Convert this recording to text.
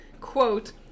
quote